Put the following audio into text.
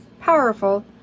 powerful